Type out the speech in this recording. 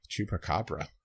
Chupacabra